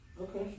Okay